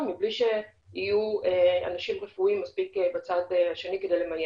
מבלי שיהיו אנשים רפואיים מספיק בצד השני כדי למיין.